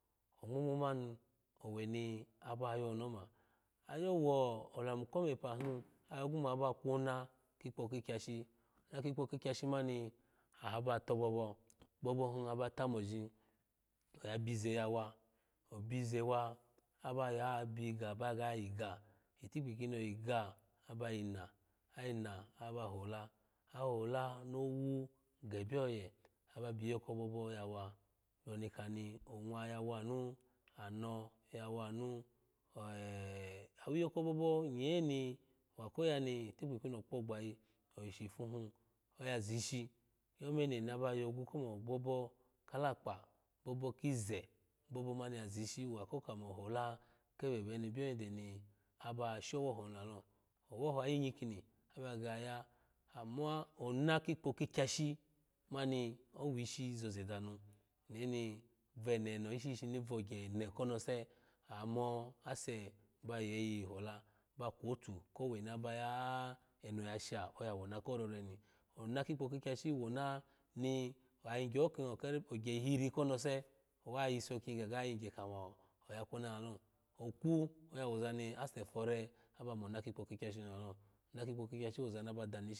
Ongmo ngmo mani oweri aba yoni oma ayo wo lamu kome pa hun ayogu mo aba kwo na kikpo kikyashi ona kikpo kikya shi mani aba tobobo obobo hun abata moji aya byize yawa obi ize wa aba ya bigaba gayi ga ikipi kini ogiga aba yina ayina aba yi hola ayihola nowu ge bye oye aba bi yo kibobo yawa bioni inkani onwa yawa nu ano yawa ni ce awiiyo ko onwa yawa nu ano yawa nii ce awiiyo ko bobo nye niwa koya ni itipi kiino okpo gbayi oyi shifu hun oya zishi omene ni aba yogu mo obobo kalakpa obobo kize obobo mani ya zishi wako kamo hola kebeni bio yende ni aba showoho ni lalo owoho ayi nyikini oya gege yaya ama ona kikpo kikyashi mani owishi zoze danu enoni veneno ishi shishini vogye ene konose amo ase ba yeyi hola ba kwotu kowe nabaya har eno yasha oya wona kororeni ona kikpo kakyashi wona ni ayin gyeho kin oker ogye ihiri konese dwa yinso kin gaga yingye kamo oya kwona lalo oku oya wozani ase fore abamo ona kikpo kakyashini lalo ona ikpo kikyashi ozani aba dani ish.